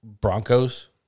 Broncos